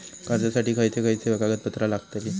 कर्जासाठी खयचे खयचे कागदपत्रा लागतली?